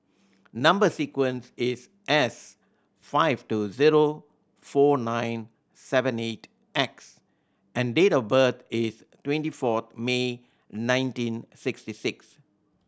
number sequence is S five two zero four nine seven eight X and date of birth is twenty four May nineteen sixty six